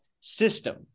system